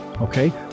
okay